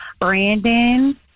Brandon